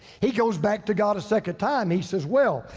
he goes back to god a second time. he says, well,